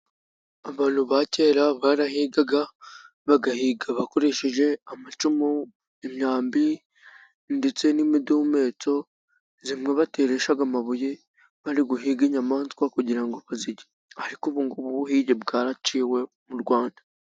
Abantu ba kera barahigaga, bagahiga bakoresheje amacumu, imyambi, ndetse n'imihumetso, imwe bateresha amabuye bari guhiga inyamaswa kugira ngo bazirye. Ariko ubungubu ubuhigi bwaraciwe mu Rwanda.